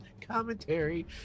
Commentary